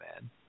man